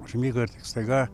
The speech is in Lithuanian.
užmigo ir tik staiga